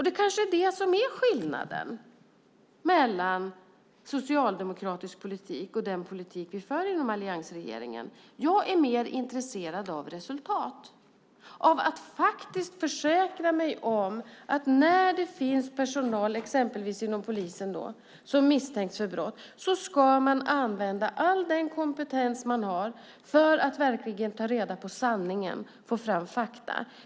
Det kanske är det som är skillnaden mellan socialdemokratisk politik och den politik vi för i alliansregeringen. Jag är mer intresserad av resultat, av att försäkra mig om att när personal, exempelvis inom polisen, misstänks för brott ska man använda all den kompetens man har för att verkligen ta reda på sanningen och få fram fakta.